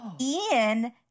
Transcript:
Ian